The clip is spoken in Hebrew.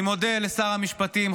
אני מודה לשר המשפטים,